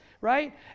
right